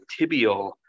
tibial